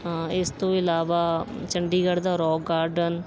ਇਸ ਤੋਂ ਇਲਾਵਾ ਚੰਡੀਗੜ੍ਹ ਦਾ ਰੌਕ ਗਾਰਡਨ